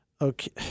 okay